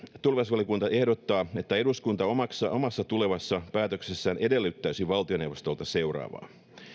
tulevaisuusvaliokunta ehdottaa että eduskunta omassa tulevassa päätöksessään edellyttäisi valtioneuvostolta seuraavaa